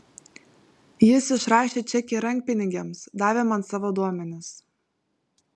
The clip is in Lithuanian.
jis išrašė čekį rankpinigiams davė man savo duomenis